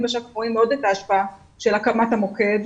בשטח רואים את ההשפעה של הקמת מוקד